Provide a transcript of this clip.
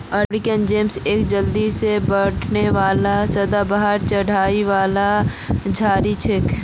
Arabian jasmine एक जल्दी से बढ़ने वाला सदाबहार चढ़ाई वाली झाड़ी छोक